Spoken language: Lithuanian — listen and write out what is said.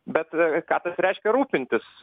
bet ką tas reiškia rūpintis